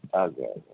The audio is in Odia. ଆଜ୍ଞା ଆଜ୍ଞା